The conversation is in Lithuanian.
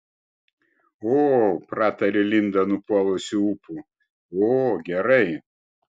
o pratarė linda nupuolusiu ūpu o gerai